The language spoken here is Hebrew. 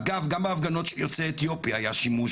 אגב, גם בהפגנות של יוצאי אתיופיה היה שימוש